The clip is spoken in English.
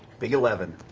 big eleven.